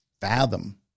fathom